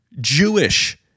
Jewish